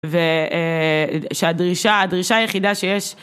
והדרישה היחידה שיש